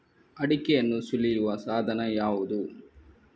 ಅಡಿಕೆಯನ್ನು ಸುಲಿಯುವ ಸಾಧನ ಯಾವುದು?